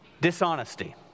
dishonesty